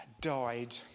died